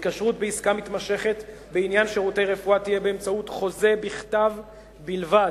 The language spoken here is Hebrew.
התקשרות בעסקה מתמשכת בעניין שירותי רפואה תהיה באמצעות חוזה בכתב בלבד.